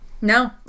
no